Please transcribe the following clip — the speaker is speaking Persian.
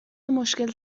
مشکل